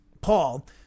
Paul